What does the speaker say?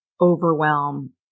overwhelm